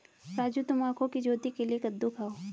राजू तुम आंखों की ज्योति के लिए कद्दू खाओ